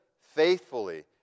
Faithfully